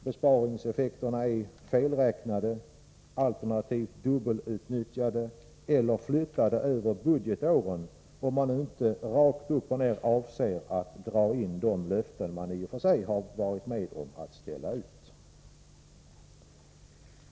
Besparingseffekterna är felräknade, alternativt dubbelutnyttjade eller flyttade över budgetåren, om man nu inte rakt upp och ner avser att dra in de löften man har varit med om att ställa ut.